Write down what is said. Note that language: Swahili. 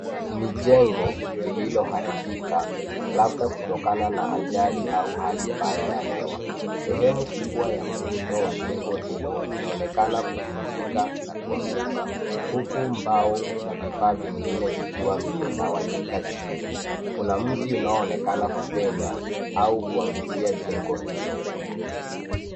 Ni jengo lililoharibika labda kutokana na ajali au hali mbaya ya hewa. Sehemu kubwa ya muundo wa jengo hilo inaonekana kuvunjika na kuanguka huku mbao na vifaa vingine vikiwa vimetawanyika chini. Kuna mti unaoonekana kupenya au kuangukia jengo hilo.